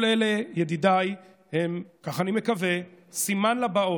כל אלה, ידידיי, הם, כך אני מקווה, סימן לבאות.